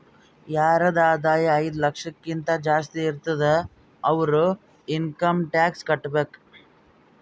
ಯಾರದ್ ಆದಾಯ ಐಯ್ದ ಲಕ್ಷಕಿಂತಾ ಜಾಸ್ತಿ ಇರ್ತುದ್ ಅವ್ರು ಇನ್ಕಮ್ ಟ್ಯಾಕ್ಸ್ ಕಟ್ಟಬೇಕ್